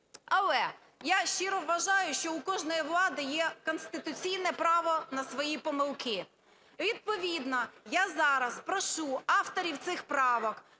Але я щиро вважаю, що у кожної влади є конституційне право на свої помилки. Відповідно, я зараз прошу авторів цих правок,